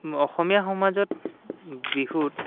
অসমীয়া সমাজত বিহুত